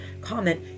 comment